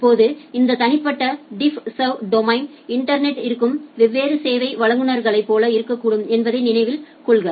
இப்போது இந்த தனிப்பட்ட டிஃப்ஸர்வ் டொமைன் இன்டர்நெட்டில் இருக்கும் வெவ்வேறு சேவை வழங்குநர்களைப் போல இருக்கக்கூடும் என்பதை நினைவில் கொள்க